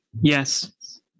Yes